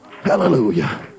Hallelujah